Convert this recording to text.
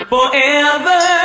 Forever